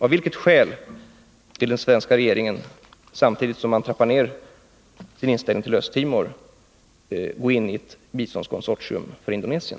Av vilket skäl vill den svenska regeringen samtidigt som den trappar ner sin inställning till Östra Timor gå in i ett biståndskonsortium för Indonesien?